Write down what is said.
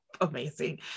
amazing